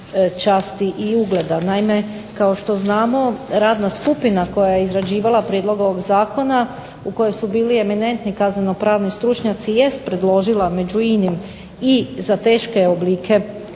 časti i ugleda. Naime, kao što znamo radna skupina koja je izrađivala prijedlog ovog zakona u kojoj su bili eminentni kazneno pravni stručnjaci jest predložila među inim i za teške oblike ovih